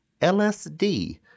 LSD